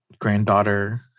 granddaughter